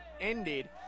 ended